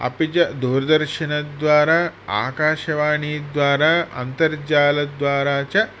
अपि च दूरदर्शनद्वारा आकाशवाणीद्वारा अन्तर्जालद्वारा च